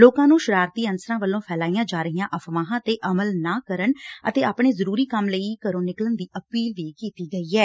ਲੋਕਾਂ ਨੂੰ ਸ਼ਰਾਰਤੀ ਅਨਸਰਾਂ ਵੱਲੋਂ ਫੈਲਾਈਆਂ ਜਾ ਰਹੀਆਂ ਅਫਵਾਹਾਂ ਤੇ ਅਮਲ ਨਾ ਕਰਨ ਅਤੇ ਆਪਣੇ ਜ਼ਰੁਰੀ ਕੰਮ ਲਈ ਹੀ ਘਰੋਂ ਨਿਕਲਣ ਦੀ ਅਪੀਲ ਕੀਤੀ ਐ